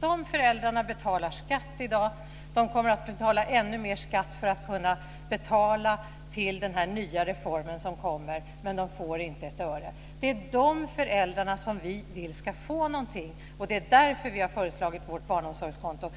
De föräldrarna betalar skatt i dag, och de kommer att betala ännu mer skatt för att kunna betala till den nya reform som kommer. Men de får inte ett öre. Det är de föräldrarna som vi vill ska få någonting, och det är därför vi har föreslagit vårt barnomsorgskonto.